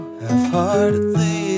half-heartedly